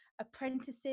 apprentices